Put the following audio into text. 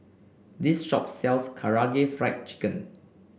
this shop sells Karaage Fried Chicken